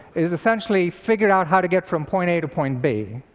is essentially figuring out how to get from point a to point b.